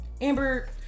Amber